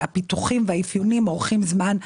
הפיתוחים והאפיונים של מערכות ממוחשבות אורכים זמן,